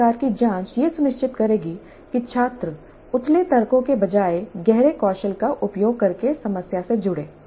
इस प्रकार की जांच यह सुनिश्चित करेगी कि छात्र उथले तर्कों के बजाय गहरे कौशल का उपयोग करके समस्या से जुड़ें